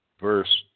verse